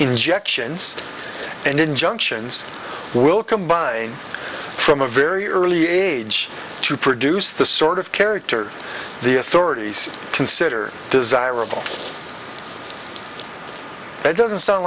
injections and injunctions will combine from a very early age to produce the sort of character the authorities consider desirable but it doesn't sound